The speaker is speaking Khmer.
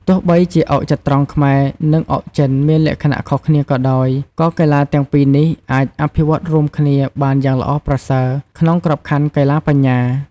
ទោះបីជាអុកចត្រង្គខ្មែរ និងអុកចិនមានលក្ខណៈខុសគ្នាក៏ដោយ ក៏កីឡាទាំងពីរនេះអាចអភិវឌ្ឍន៍រួមគ្នាបានយ៉ាងល្អប្រសើរក្នុងក្របខ័ណ្ឌកីឡាបញ្ញា។